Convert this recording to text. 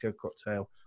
cocktail